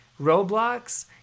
Roblox